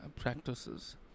Practices